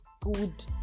good